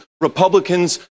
Republicans